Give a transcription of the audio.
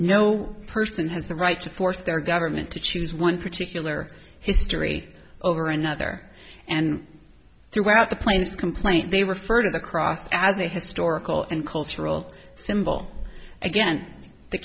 no person has the right to force their government to choose one particular history over another and throughout the plains complaint they refer to the cross as a historical and cultural symbol again the